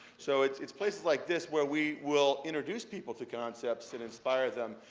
so it's it's places like this where we will introduce people to concepts and inspire them,